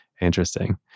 interesting